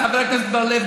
חבר הכנסת בר-לב.